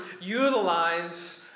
utilize